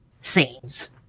scenes